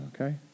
okay